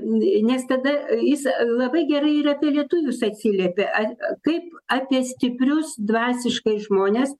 nes tada jis labai gerai ir apie lietuvius atsiliepia kaip apie stiprius dvasiškai žmones